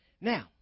Now